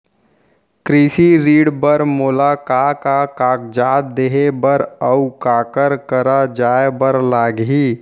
कृषि ऋण बर मोला का का कागजात देहे बर, अऊ काखर करा जाए बर लागही?